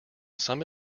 some